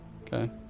Okay